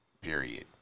period